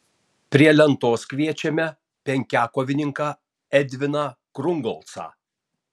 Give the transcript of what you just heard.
prie lentos kviečiame penkiakovininką edviną krungolcą